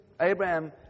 Abraham